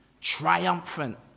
triumphant